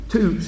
Two